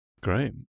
Great